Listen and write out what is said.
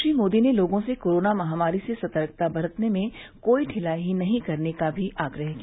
श्री मोदी ने लोगों से कोरोना महामारी से सतर्कता बरतने में कोई ढिलाई नहीं करने का भी आग्रह किया